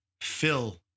Phil